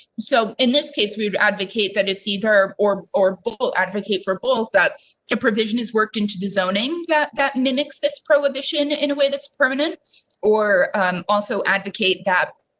so, in this case, we would advocate that it's either or or or but advocate for both that the provision is worked into the zoning that, that mimics this prohibition in a way that's permanent or also advocate that.